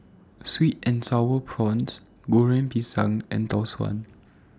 Sweet and Sour Prawns Goreng Pisang and Tau Suan